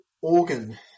organ